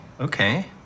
Okay